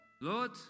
Lord